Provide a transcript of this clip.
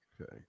Okay